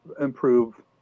improve